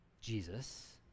Jesus